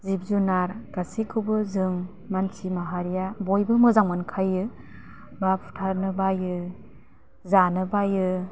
जिब जुनार गासैखौबो जों मानसि माहारिया बयबो मोजां मोनखायो बा फुथारनो बायो जानो बायो